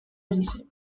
horixe